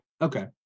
Okay